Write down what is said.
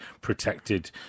protected